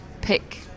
pick